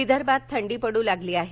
विदर्भात थंडी पडू लागली आहे